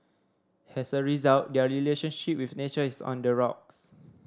as a result their relationship with nature is on the rocks